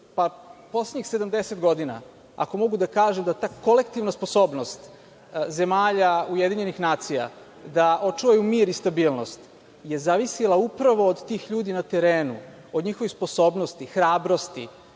pa poslednjih 70 godina, ako mogu da kažem, ta kolektivna sposobnost zemalja UN da očuvaju mir i stabilnost je zavisila upravo od tih ljudi na terenu, od njihovih sposobnosti, hrabrosti